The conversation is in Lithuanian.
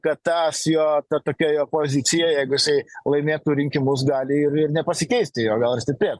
kad tas jo ta tokia jo pozicija jeigu jisai laimėtų rinkimus gali ir ir nepasikeisti jo gal stiprėt